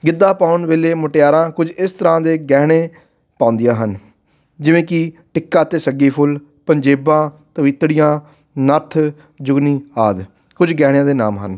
ਗਿੱਧਾ ਪਾਉਣ ਵੇਲੇ ਮੁਟਿਆਰਾਂ ਕੁਝ ਇਸ ਤਰ੍ਹਾਂ ਦੇ ਗਹਿਣੇ ਪਾਉਂਦੀਆਂ ਹਨ ਜਿਵੇਂ ਕਿ ਟਿੱਕਾ ਅਤੇ ਸੱਗੀ ਫੁੱਲ ਪੰਜੇਬਾਂ ਤਵਿਤੜੀਆਂ ਨੱਥ ਜੁਗਨੀ ਆਦਿ ਕੁਝ ਗਹਿਣਿਆਂ ਦੇ ਨਾਮ ਹਨ